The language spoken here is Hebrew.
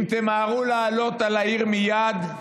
אם תמהרו לעלות על העיר מייד,